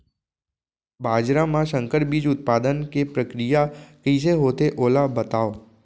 बाजरा मा संकर बीज उत्पादन के प्रक्रिया कइसे होथे ओला बताव?